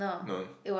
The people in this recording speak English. don't